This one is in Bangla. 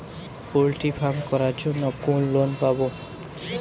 পলট্রি ফার্ম করার জন্য কোন লোন পাব?